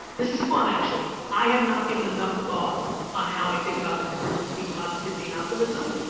this is fun, actually. i have not given enough thought on how i think about the difference between positivity and optimism.